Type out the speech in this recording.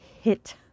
hit